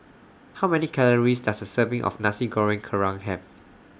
How Many Calories Does A Serving of Nasi Goreng Kerang Have